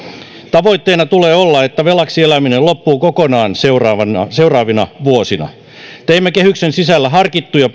tavoitteena tulee olla että velaksi eläminen loppuu kokonaan seuraavina vuosina teimme kehyksen sisällä harkittuja